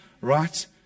right